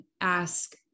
ask